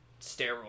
steroid